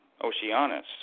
Oceanus